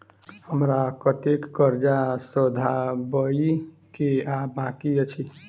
हमरा कतेक कर्जा सधाबई केँ आ बाकी अछि?